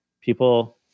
People